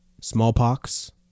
smallpox